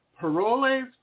Paroles